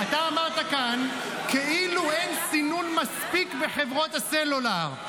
אתה אמרת כאן "כאילו אין סינון מספיק בחברות הסלולר"